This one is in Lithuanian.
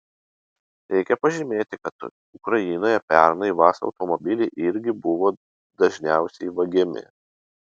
reikia pažymėti kad ukrainoje pernai vaz automobiliai irgi buvo dažniausiai vagiami